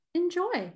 enjoy